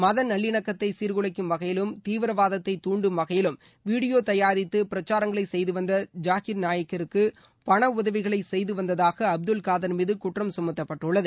மத நல்லிணக்கத்தை சீர்குலைக்கும் வகையிலும் தீவிரவாதத்தை துண்டும் வகையிலும் வீடியோ தயாரித்து பிரச்சாரங்களை செய்து வந்த ஜாகிர் நாயக் கிற்கு பண உதவிகளை செய்து வந்ததாக அப்துல் காதர் மீது குற்றம் சுமத்தப்பட்டுள்ளது